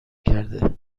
کرده